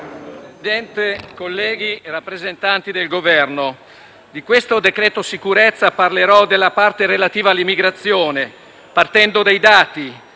Presidente, colleghi, rappresentanti del Governo, rispetto al decreto sicurezza parlerò della parte relativa all'immigrazione partendo dai dati